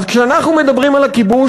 אז כשאנחנו מדברים על הכיבוש,